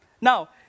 Now